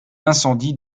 incendie